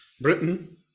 Britain